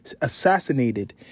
assassinated